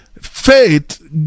Faith